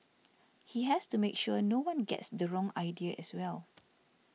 he has to make sure no one gets the wrong idea as well